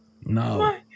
No